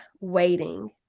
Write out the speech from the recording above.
waiting